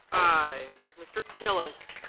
i. mr. tillis